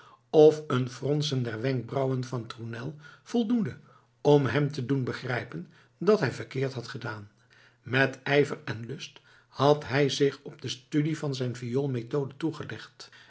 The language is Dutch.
of een fronsen der wenkbrauwen van tournel voldoende om hem te doen begrijpen dat hij verkeerd had gedaan met ijver en lust had hij zich op de studie van zijn viool methode toegelegd